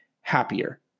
happier